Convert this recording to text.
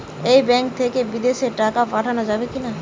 এই ব্যাঙ্ক থেকে বিদেশে টাকা পাঠানো যাবে কিনা?